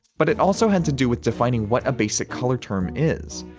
but it also had to do with defining what a basic color term is.